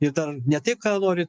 ir dar ne taip ką nori